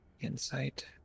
Insight